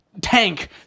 tank